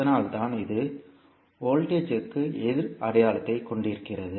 அதனால்தான் அது மின்னழுத்தத்திற்கு எதிர் அடையாளத்தைக் கொண்டிருந்தது